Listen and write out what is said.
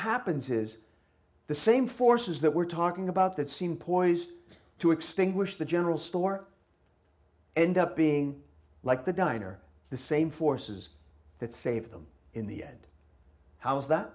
happens is the same forces that we're talking about that seem poised to extinguish the general store end up being like the diner the same forces that save them in the end how is that